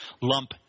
lump